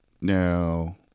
Now